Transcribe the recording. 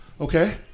okay